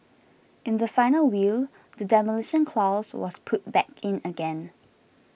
in the final will the Demolition Clause was put back in again